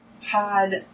Todd